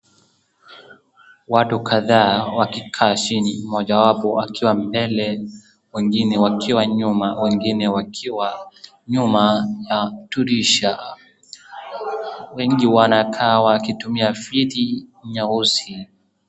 Watu kadhaa wakikaa chini. Mmojawapo wao akiwa mbele wengine wakiwa nyuma, wengine wakiwa nyuma ya dirisha. Wengi wanakaa wakitumia viti nyeusi.